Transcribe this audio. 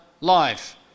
life